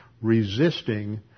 resisting